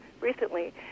recently